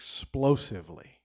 explosively